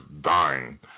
dying